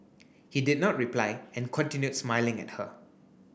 he did not reply and continued smiling at her